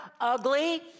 ugly